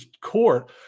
court